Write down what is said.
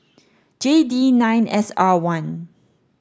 J D nine S R one